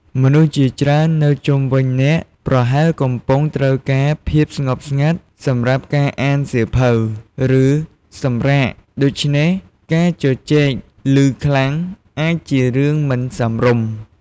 មនុស្សជាច្រើននៅជុំវិញអ្នកប្រហែលកំពុងត្រូវការភាពស្ងប់ស្ងាត់សម្រាប់ការអានសៀវភៅ ឬសម្រាក ដូច្នេះការជជែកឮខ្លាំងអាចជារឿងមិនសមរម្យ។